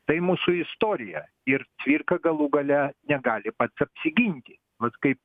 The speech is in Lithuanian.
tai mūsų istorija ir cvirka galų gale negali pats apsiginti mat kaip